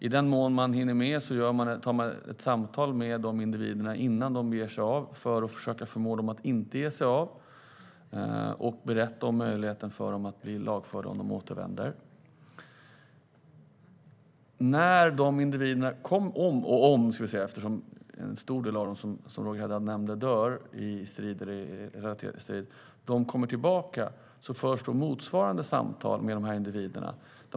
I den mån man hinner med tar man ett samtal med individerna innan de ger sig av för att försöka förmå dem att inte ge sig av. Man berättar om möjligheten att de blir lagförda om de återvänder. När individerna kommer tillbaka - om de kommer tillbaka, ska jag säga; som Roger Haddad nämnde dör en stor del av dem i strid - förs motsvarande samtal med dem.